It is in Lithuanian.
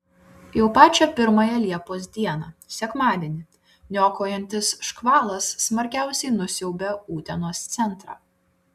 jau pačią pirmąją liepos dieną sekmadienį niokojantis škvalas smarkiausiai nusiaubė utenos centrą